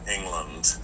England